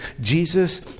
Jesus